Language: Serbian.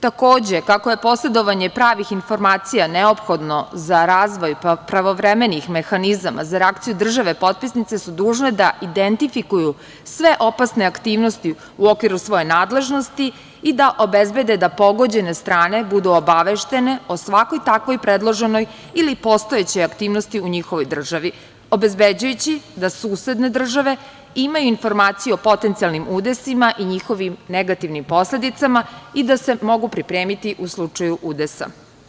Takođe, kako je posedovanje pravih informacija neophodno za razvoj pravovremenih mehanizama za reakciju države, potpisnice su dužne da identifikuju sve opasne aktivnosti u okviru svoje nadležnosti i da obezbede da pogođene strane bude obaveštene o svakoj takvoj predloženoj ili postojećoj aktivnosti u njihovoj državi, obezbeđujući da susedne države imaju informaciju o potencijalnim udesima i njihovim negativnim posledicama i da se mogu pripremiti u slučaju udesa.